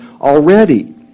already